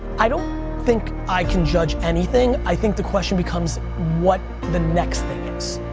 i don't think i can judge anything. i think the question becomes, what the next thing is.